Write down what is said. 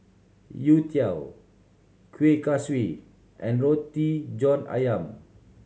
youtiao Kueh Kaswi and Roti John Ayam